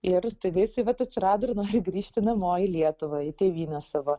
ir staiga jisai vat atsirado ir nori grįžti namo į lietuvą į tėvynę savo